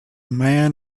man